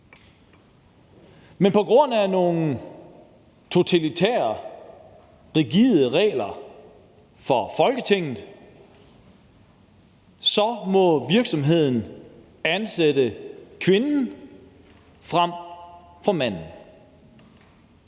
men på grund af nogle totalitære, rigide regler fra Folketinget må virksomheden ansætte kvinden frem for manden.